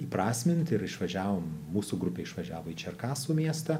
įprasminti ir išvažiavom mūsų grupė išvažiavo į čerkasų miestą